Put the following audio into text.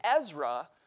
Ezra